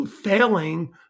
failing